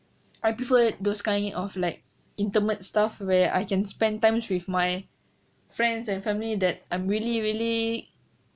I prefer those kind of like intimate stuff where I can spend times with my friends and family that I'm really really